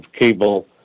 cable